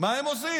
מה הם עושים?